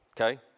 Okay